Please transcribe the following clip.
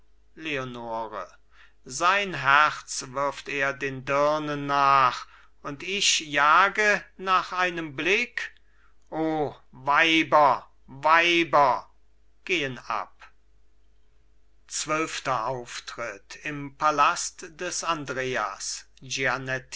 leonore sein herz wirft er den dirnen nach und ich jage nach einem blick o weiber weiber gehen ab zwölfter auftritt im palast des andreas